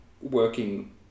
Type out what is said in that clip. working